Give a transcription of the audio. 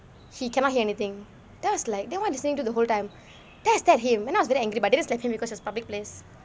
he cannot hear anything then I was like then what you listening to the whole time then I stare at him then I was very angry but I didn't slap him because it was a public place